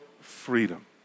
freedom